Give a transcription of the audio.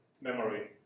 memory